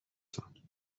تون